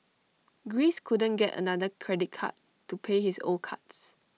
Greece couldn't get another credit card to pay his old cards